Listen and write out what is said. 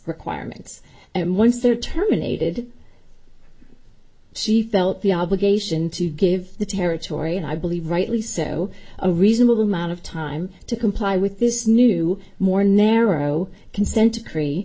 requirements and once they're terminated she felt the obligation to give the territory and i believe rightly so a reasonable amount of time to comply with this new more narrow consent decree